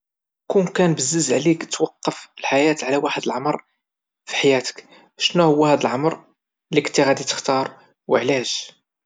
كون كان بزز عليك توقف الحياة على واحد العمر في حياتك شنا هو هاد العمر او علاش؟